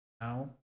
now